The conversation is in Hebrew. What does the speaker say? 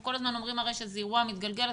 כל הזמן אומרים שזה אירוע מתגלגל,